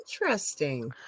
Interesting